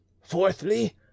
Fourthly